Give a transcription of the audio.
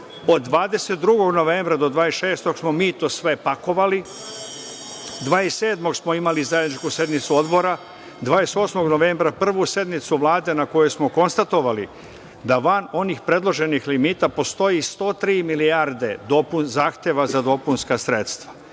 Od 22. novembra do 26. smo mi to sve pakovali, 27. smo imali zajedničku sednicu odbora, 28. novembra prvu sednicu Vlade na kojoj smo konstatovali da van onih predloženih limita postoji i 103 milijarde zahteva za dopunska sredstva.